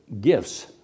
gifts